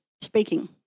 speaking